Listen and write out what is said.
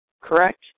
correct